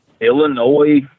Illinois